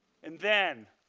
and then,